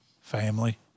family